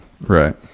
Right